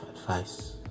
advice